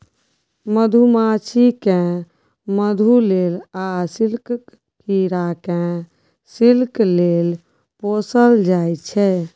मधुमाछी केँ मधु लेल आ सिल्कक कीरा केँ सिल्क लेल पोसल जाइ छै